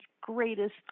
greatest